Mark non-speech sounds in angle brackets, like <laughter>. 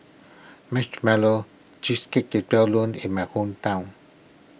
Marshmallow Cheesecake is <unintelligible> known in my hometown